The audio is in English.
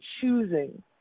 choosing